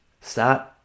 start